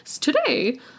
today